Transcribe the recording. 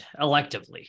electively